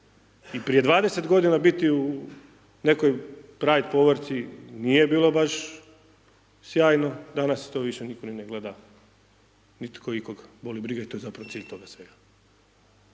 I prije 20 godina biti u nekoj pride povorci nije bilo baš sjajno, danas to više nitko ni ne gleda, nitko ikog boli briga i to je zapravo cilj toga svega.